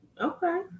Okay